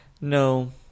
No